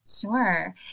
Sure